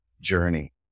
journey